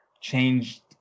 changed